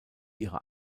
ihrer